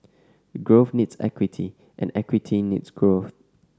growth needs equity and equity needs growth